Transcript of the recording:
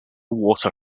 water